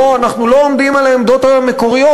אנחנו לא עומדים על העמדות המקוריות,